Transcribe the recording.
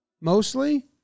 mostly